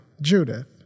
Judith